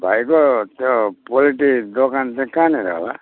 भाइको त्यो पोल्ट्री दोकान चाहिँ कहाँनिर हो